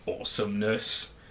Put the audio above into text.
awesomeness